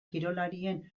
kirolarien